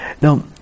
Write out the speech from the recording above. now